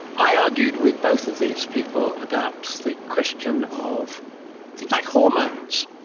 i argued with both of these people about the question of things like hormones.